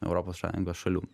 europos sąjungos šalių